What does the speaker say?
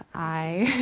i,